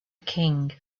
king